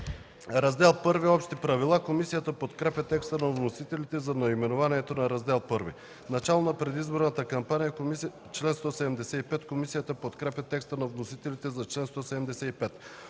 „Раздел I – Общи правила”. Комисията подкрепя текста на вносителите за наименованието на раздел І. „Начало на предизборната кампания” – чл. 175. Комисията подкрепя текста на вносителите за чл. 175.